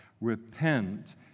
repent